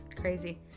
Crazy